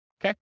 Okay